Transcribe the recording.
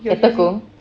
at tekong